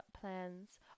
plans